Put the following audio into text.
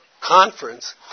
conference